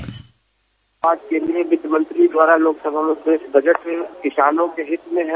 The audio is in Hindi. बाइट आज केन्द्रीय वित्तमंत्री द्वारा लोकसभा में पेश बजट में किसानों के हित में हैं